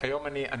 היום בשעה?